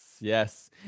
Yes